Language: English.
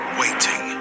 waiting